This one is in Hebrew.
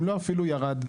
אם לא אפילו ירד.